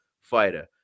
fighter